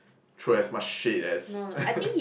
throw as much shade as